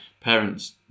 parents